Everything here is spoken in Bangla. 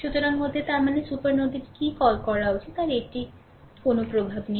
সুতরাং মধ্যে তার মানে সুপার নোডে কী কল করা উচিত তার এটির কোনও প্রভাব নেই